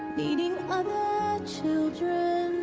needing other children